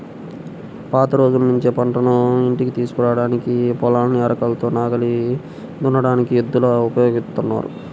పాత రోజుల్నుంచే పంటను ఇంటికి తీసుకురాడానికి, పొలాన్ని అరకతో నాగలి దున్నడానికి ఎద్దులను ఉపయోగిత్తన్నారు